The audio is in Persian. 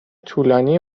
طولانی